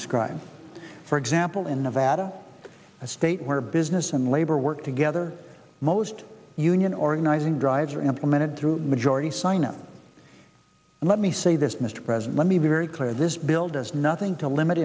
described for example in nevada a state where business and labor work together most union organizing drives are implemented through majority sign up and let me say this mr president let me be very clear this bill does nothing to limit